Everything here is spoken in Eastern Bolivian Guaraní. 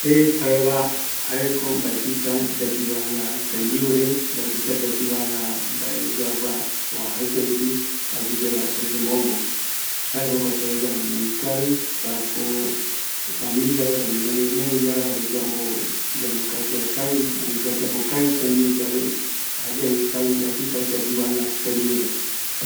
Se jaeva, mbaetɨta yayuvanga tembiure, mbaetɨta yayuvanga yagua oajaete rupi, aguiyeara oye mombo, jae jokua seveguara mas ikavi, familiaretare ñanemiari yave, yambo calcula kavi, ani yayapo kavi tembiu yave, jayave ikavi, mbaetɨta yayuvanga tembiure